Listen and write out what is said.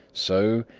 so,